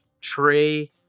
Tree